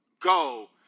go